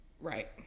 Right